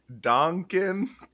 Donkin